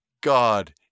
God